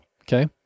Okay